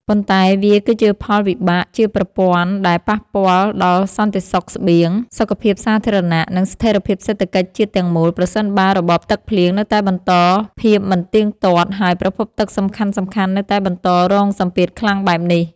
ប៉ុន្តែវាគឺជាផលវិបាកជាប្រព័ន្ធដែលប៉ះពាល់ដល់សន្តិសុខស្បៀង សុខភាពសាធារណៈ និងស្ថិរភាពសេដ្ឋកិច្ចជាតិទាំងមូល ប្រសិនបើរបបទឹកភ្លៀងនៅតែបន្តភាពមិនទៀងទាត់ ហើយប្រភពទឹកសំខាន់ៗនៅតែបន្តរងសម្ពាធខ្លាំងបែបនេះ។